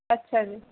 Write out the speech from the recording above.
ਅੱਛਾ ਜੀ